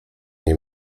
nie